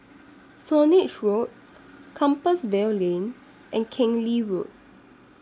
Swanage Road Compassvale Lane and Keng Lee Road